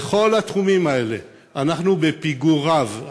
בכל התחומים האלה אנחנו בפיגור רב.